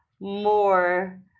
more